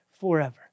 forever